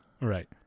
Right